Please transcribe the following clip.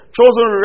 Chosen